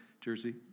Jersey